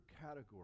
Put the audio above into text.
category